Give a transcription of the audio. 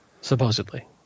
supposedly